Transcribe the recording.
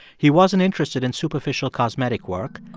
he wasn't interested in superficial cosmetic work.